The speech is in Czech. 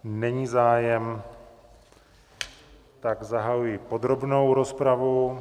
Není zájem, tak zahajuji podrobnou rozpravu.